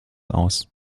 aus